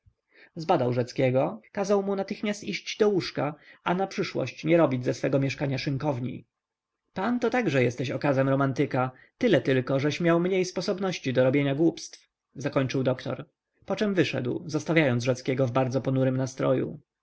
zbadał rzeckiego kazał mu natychmiast iść do łóżka a na przyszłość nie robić ze swego mieszkania szynkowni pan to także jesteś okazem romantyka tyle tylko żeś miał mniej sposobności do robienia głupstw zakończył doktor poczem wyszedł zostawiając rzeckiego w bardzo ponurym nastroju